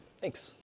Thanks